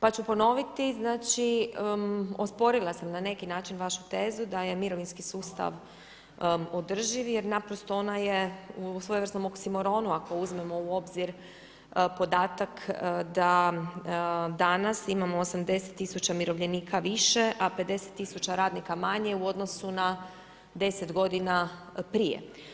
Pa ću ponoviti, osporila sam na neki način vašu tezu da je mirovinski sustav održiv jer naprosto ona je u svojevrsnom oksimoronu ako uzmemo u obzir podatak da danas imamo 80 000 umirovljenika više, a 50 000 radnika manje u odnosu na 10 godina prije.